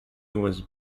was